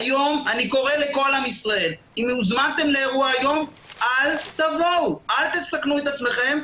איך אני בתור זוג צעיר שהוא נפגע קורונה אמור לקבל את הכספים שלי?